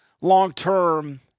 long-term